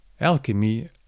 Alchemy